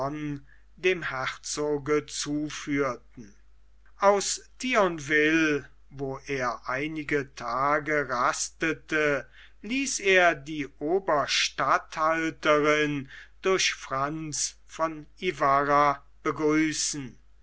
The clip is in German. dem herzoge zuführten aus thionville wo er einige tage rastete ließ er die oberstatthalterin durch franz von ibarra begrüßen